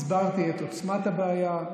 הסברתי את עוצמת הבעיה.